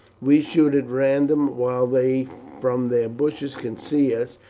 we shoot at random, while they from their bushes can see us,